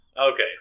Okay